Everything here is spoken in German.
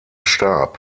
starb